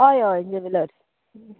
हय हय ज्वॅलर्स